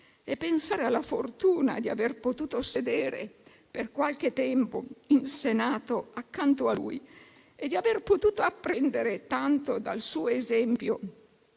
Pensare alla fortuna di aver potuto sedere per qualche tempo in Senato accanto a lui e di aver potuto apprendere tanto dal suo esempio